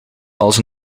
als